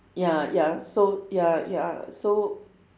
ya ya so ya ya so